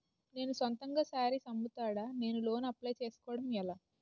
నేను సొంతంగా శారీస్ అమ్ముతాడ, నేను లోన్ అప్లయ్ చేసుకోవడం ఎలా?